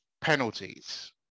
penalties